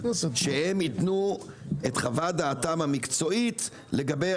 שהם ייתנו את חוות דעתם המקצועית לגבי